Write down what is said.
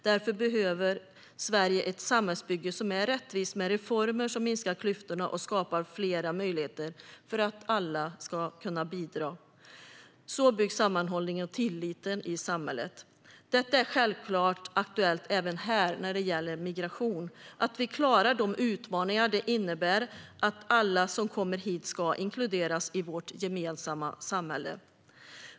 Därför behöver Sverige ett samhällsbygge som är rättvist, med reformer som minskar klyftorna och skapar fler möjligheter för alla att bidra. Så byggs sammanhållning och tillit i samhället. Detta är självklart aktuellt även när det gäller migration - att vi klarar de utmaningar det innebär att alla som kommer hit ska inkluderas i vårt gemensamma samhälle.